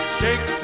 shake